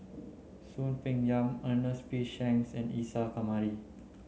Soon Peng Yam Ernest P Shanks and Isa Kamari